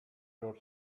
your